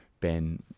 Ben